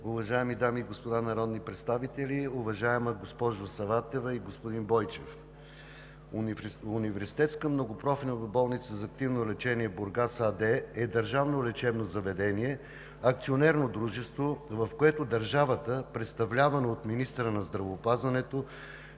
Уважаеми дами и господа народни представители! Уважаема госпожо Саватева и господин Бойчев, Университетска многопрофилна болница за активно лечение – Бургас, АД е държавно лечебно заведение, акционерно дружество, в което държавата, представлявана от министъра на здравеопазването,